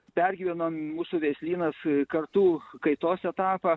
pergyveno mūsų veislynas kartų kaitos etapą